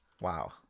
wow